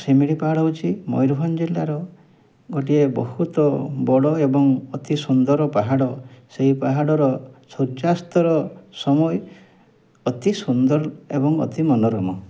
ଶିମିଳିପାଳ ହଉଛି ମୟୂରଭଞ୍ଜ ଜିଲ୍ଲାର ଗୋଟିଏ ବହୁତ ବଡ଼ ଏବଂ ଅତି ସୁନ୍ଦର ପାହାଡ଼ ସେଇ ପାହାଡ଼ର ସୂର୍ଯ୍ୟାସ୍ତର ସମୟେ ଅତି ସୁନ୍ଦର ଏବଂ ଅତି ମନରମ